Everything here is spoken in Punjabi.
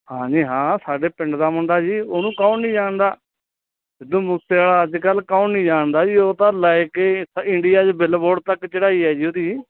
ਹਾਂਜੀ ਹਾਂ ਸਾਡੇ ਪਿੰਡ ਦਾ ਮੁੰਡਾ ਜੀ ਉਹਨੂੰ ਕੌਣ ਨਹੀਂ ਜਾਣਦਾ ਸਿੱਧੂ ਮੂਸੇਆਲਾ ਅੱਜ ਕੱਲ੍ਹ ਕੌਣ ਨਹੀਂ ਜਾਣਦਾ ਜੀ ਉਹ ਤਾਂ ਲੈ ਕੇ ਇੰਡੀਆ 'ਚ ਬਿੱਲ ਬੋਰਡ ਤੱਕ ਚੜਾਈ ਹੈ ਜੀ ਉਹਦੀ